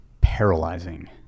paralyzing